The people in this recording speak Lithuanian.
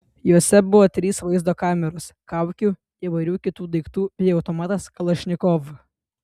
juose buvo trys vaizdo kameros kaukių įvairių kitų daiktų bei automatas kalašnikov